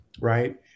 right